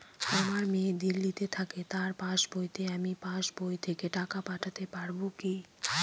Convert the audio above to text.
আমার মেয়ে দিল্লীতে থাকে তার পাসবইতে আমি পাসবই থেকে টাকা পাঠাতে পারব কি?